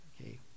okay